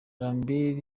lambert